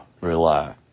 rely